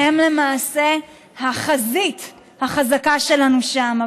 הם למעשה החזית החזקה שלנו שם.